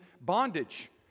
bondage